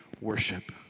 worship